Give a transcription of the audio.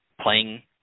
playing